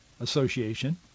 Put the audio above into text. association